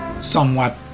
somewhat